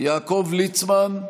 יעקב ליצמן,